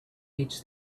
meets